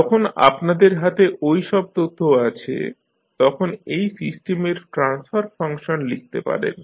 যখন আপনাদের হাতে ঐ সব তথ্য আছে তখন এই সিস্টেমের ট্রান্সফার ফাংশন লিখতে পারেন